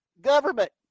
government